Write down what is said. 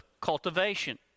cultivation